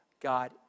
God